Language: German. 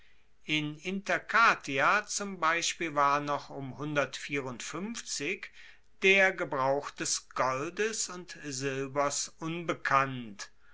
in intercatia zum beispiel war noch der gebrauch des goldes und silbers unbekannt